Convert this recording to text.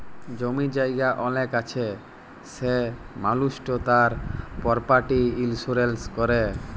জমি জায়গা অলেক আছে সে মালুসট তার পরপার্টি ইলসুরেলস ক্যরে